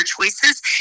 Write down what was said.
choices